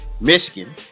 Michigan